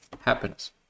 happiness